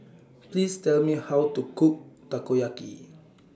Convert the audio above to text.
Please Tell Me How to Cook Takoyaki